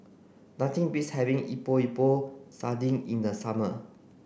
nothing beats having Epok Epok Sardin in the summer